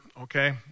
okay